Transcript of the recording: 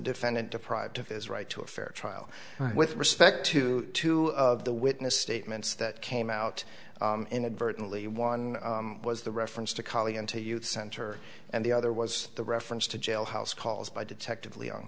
defendant deprived of his right to a fair trial with respect to two of the witness statements that came out inadvertently one was the reference to cali and to youth center and the other was the reference to jailhouse calls by detective leo